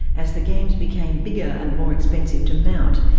as the games became bigger and more expensive to mount,